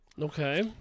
Okay